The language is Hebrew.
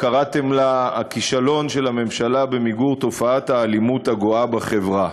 קראתם לה: "הכישלון של הממשלה במיגור תופעת האלימות הגואה בחברה".